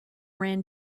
ran